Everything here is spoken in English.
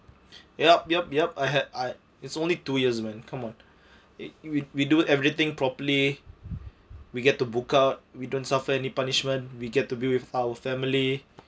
yup yup yup I had I it's only two years man come on it we we do everything properly we get to book out we don't suffer any punishment we get to be with our family